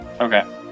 Okay